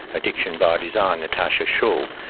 addiction by design, natasha schull,